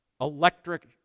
electric